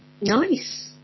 Nice